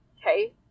Okay